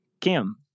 Kim